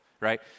right